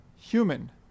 Human